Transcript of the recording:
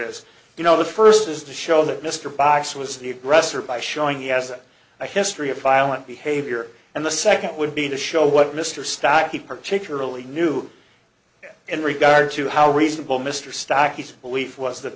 is you know the first is to show that mr box was the aggressor by showing he has a history of violent behavior and the second would be to show what mr stocky particularly knew in regard to how reasonable mr stack each belief was that